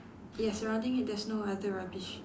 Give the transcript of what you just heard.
ya surrounding it there's no other rubbish